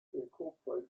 incorporate